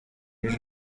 iri